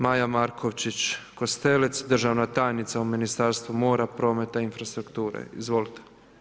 Maja Markovčić-Kostelec, državna tajnica u Ministarstvu mora, prometa i infrastrukture, izvolite.